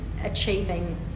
achieving